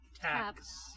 Tax